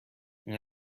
این